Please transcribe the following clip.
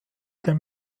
den